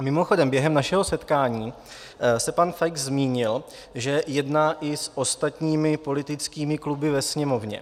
Mimochodem, během našeho setkání se pan Feix zmínil, že jedná i s ostatními politickými kluby ve Sněmovně.